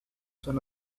son